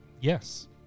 Yes